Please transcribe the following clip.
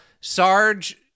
sarge